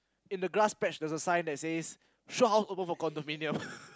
in the grass patch there's a sign that says show house open for condominium